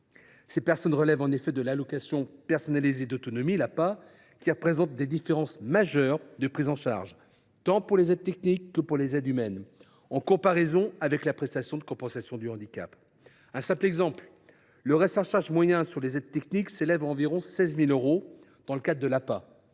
Ces personnes relèvent en effet de l’allocation personnalisée d’autonomie (APA), qui présente des différences majeures de prise en charge, tant pour les aides techniques que pour les aides humaines, par rapport à la prestation de compensation du handicap (PCH). Par exemple, le reste à charge moyen pour les aides techniques s’élève à quelque 16 000 euros dans le cadre de l’APA,